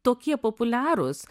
tokie populiarūs